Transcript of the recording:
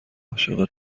عاشق